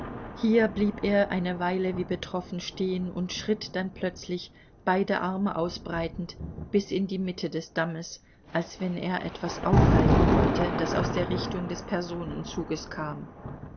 hier blieb er eine weile wie betroffen stehen und schritt dann plötzlich beide arme ausbreitend bis in die mitte des dammes als wenn er etwas aufhalten wollte das aus der richtung des personenzuges kam